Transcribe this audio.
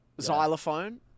Xylophone